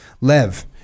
Lev